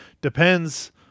Depends